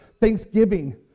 thanksgiving